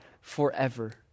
forever